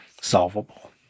solvable